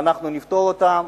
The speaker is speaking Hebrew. ואנחנו נפתור אותן,